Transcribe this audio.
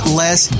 less